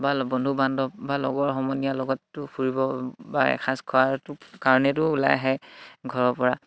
বা বন্ধু বান্ধৱ বা লগৰ সমনীয়াৰ লগততো ফুৰিব বা এসাঁজ খোৱাৰটো কাৰণেতো ওলাই আহে ঘৰৰ পৰা